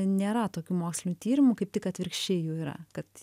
nėra tokių mokslinių tyrimų kaip tik atvirkščiai jų yra kad